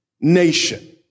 nation